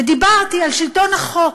ודיברתי על שלטון החוק,